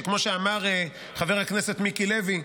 שכמו שאמר חבר הכנסת מיקי לוי,